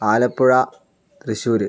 Alappuzha Thrissur